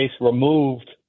removed